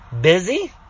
busy